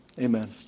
amen